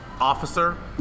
officer